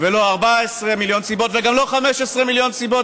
ולא 14 מיליון סיבות וגם לא 15 מיליון סיבות,